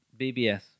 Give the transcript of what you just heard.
BBS